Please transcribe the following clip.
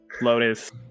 Lotus